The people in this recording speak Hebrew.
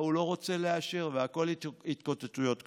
ההוא לא רוצה לאשר והכול התקוטטויות קטנות.